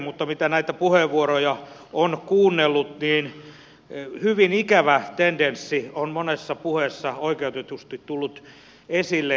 mutta mitä näitä puheenvuoroja on kuunnellut niin hyvin ikävä tendenssi on monessa puheessa oikeutetusti tullut esille